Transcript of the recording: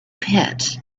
pit